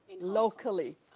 locally